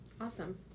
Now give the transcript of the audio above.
awesome